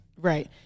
Right